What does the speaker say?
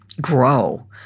grow